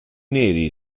neri